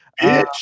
Bitch